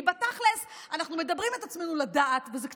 כי בתכלס אנחנו מדברים את עצמנו לדעת, וזה קצת,